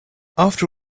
after